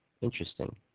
interesting